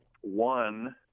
One